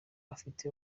afite